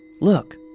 Look